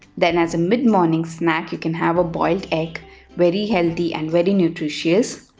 then as a mid morning snack you can have a boiled egg very healthy and very nutritious.